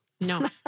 No